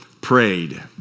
prayed